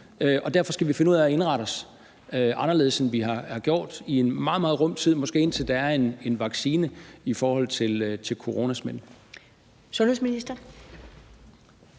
vi derfor skal finde ud af at indrette os anderledes, end vi har gjort i en rum tid, måske indtil der er en vaccine mod coronasmitten?